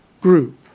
group